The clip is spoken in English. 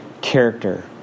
character